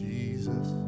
Jesus